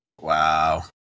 Wow